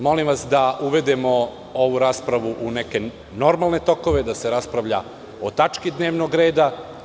Molim vas da uvedemo ovu raspravu u neke normalne tokove, da se raspravlja o tački dnevnog reda.